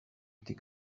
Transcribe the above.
été